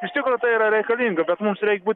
iš tikro tai yra reikalinga bet mums reik būt